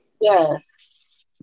Yes